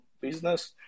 business